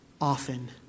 often